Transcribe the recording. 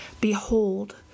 Behold